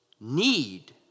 need